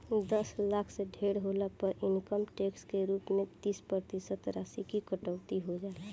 दस लाख से ढेर होला पर इनकम टैक्स के रूप में तीस प्रतिशत राशि की कटौती हो जाला